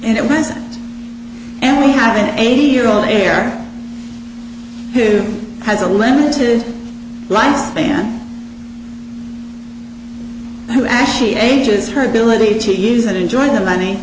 was and we have it eighty year old there who has a limited lifespan who actually ages her ability to use and enjoy the money